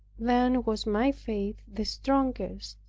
then was my faith the strongest,